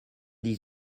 dix